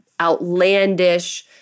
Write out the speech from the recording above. outlandish